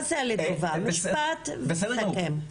תעשה לי טובה, משפט ותסכם.